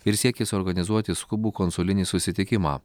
ir siekia suorganizuoti skubų konsulinį susitikimą